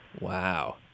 Wow